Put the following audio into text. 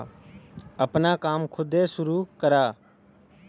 आपन काम खुदे सुरू करा